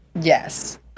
yes